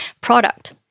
product